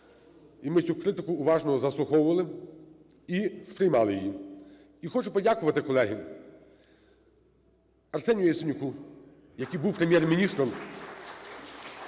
і ми цю критику уважно заслуховували і сприймали її. Я хочу подякувати, колеги, Арсенію Яценюку, який був Прем'єр-міністром